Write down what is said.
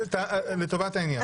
לטובת העניין.